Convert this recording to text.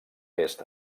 est